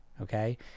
Okay